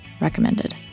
recommended